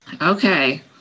Okay